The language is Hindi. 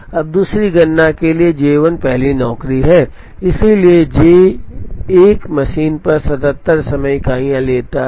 अब दूसरी गणना के लिए J 1 पहली नौकरी है इसलिए J 1 मशीन पर 77 समय इकाइयाँ लेता है